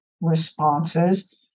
responses